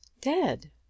Dead